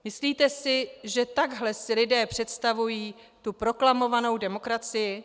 Myslíte si, že takhle si lidé představují tu proklamovanou demokracii?